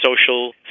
social